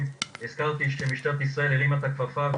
הזכרתי שמשטרת ישראל הרימה את הכפפה,